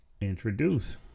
introduce